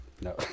no